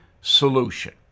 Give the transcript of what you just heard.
solution